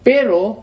Pero